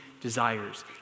desires